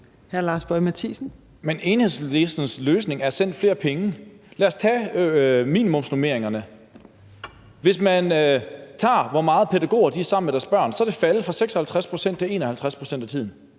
Men Enhedslistens løsning er: Send flere penge. Lad os tage minimumsnormeringerne – hvis man tager, hvor meget af tiden pædagoger er sammen med børnene, er det tal faldet fra 56 pct. til 51 pct.